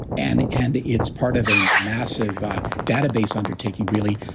and and it's part of a massive database undertaking really,